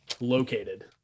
located